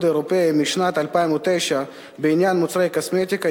האירופי משנת 2009 בעניין מוצרי קוסמטיקה,